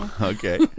Okay